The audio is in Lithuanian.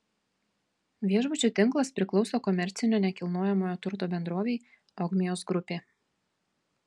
viešbučių tinklas priklauso komercinio nekilnojamojo turto bendrovei ogmios grupė